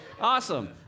Awesome